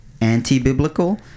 anti-biblical